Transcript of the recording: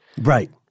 Right